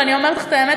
ואני אומרת לך את האמת,